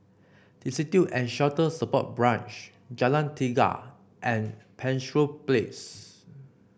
Destitute and Shelter Support Branch Jalan Tiga and Penshurst Place